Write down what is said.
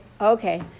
okay